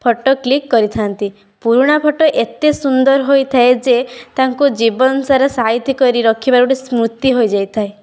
photo click କରିଥାନ୍ତି ପୁରୁଣା photo ଏତେ ସୁନ୍ଦର ହୋଇଥାଏ ଯେ ତାଙ୍କ ଜୀବନସାରା ସାଇତିକରି ରଖିବା ଗୋଟେ ସ୍ମୃତି ହୋଇଯାଇ ଥାଏ